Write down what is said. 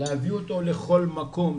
להביא אותו לכל מקום,